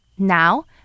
now